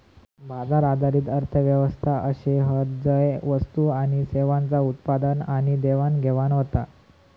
बाजार आधारित अर्थ व्यवस्था अशे हत झय वस्तू आणि सेवांचा उत्पादन आणि देवाणघेवाण होता